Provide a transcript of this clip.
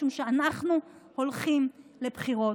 משום שאנחנו הולכים לבחירות.